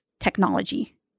technology